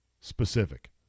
specific